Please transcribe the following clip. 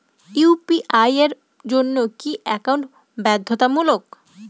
UPI এর জন্য কি একাউন্ট বাধ্যতামূলক?